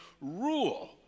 rule